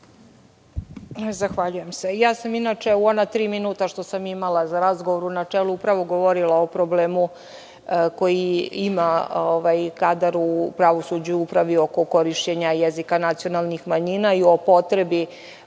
Zahvaljujem se. Ja sam inače u ona tri minuta što sam imala za razgovor u načelu upravo govorila o problemu koji ima kadar u pravosuđu u upravi oko korišćenja jezika nacionalnih manjina i o potrebi